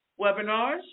webinars